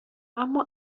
اما